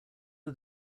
are